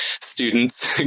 students